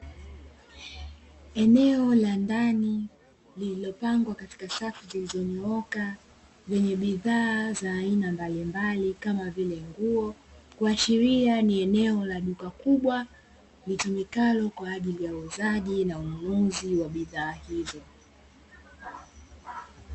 Eneo la ndani lililopangwa katika safu zilizonyooka lenye bidhaa za aina mbalimbali kama vile nguo, kuashiria ni eneo la duka kubwa litumikalo kwaajili ya uuzaji na ununuzi wa bidhaa hizo.